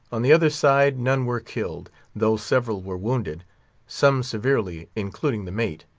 on the other side, none were killed, though several were wounded some severely, including the mate.